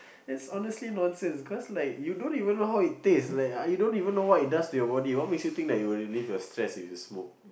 and it's honestly nonsense because like you don't even know how it taste like you don't even know what it does to your body what makes you think it will relieve your stress if you smoke